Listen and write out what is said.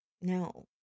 No